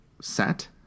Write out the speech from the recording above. set